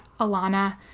Alana